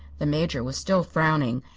the major was still frowning,